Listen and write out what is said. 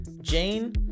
Jane